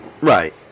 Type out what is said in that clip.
right